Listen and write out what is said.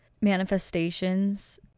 manifestations